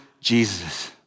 Jesus